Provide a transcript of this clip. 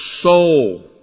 soul